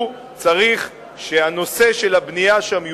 הוא צריך שהנושא של הבנייה שם יוסדר,